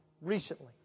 recently